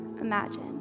imagine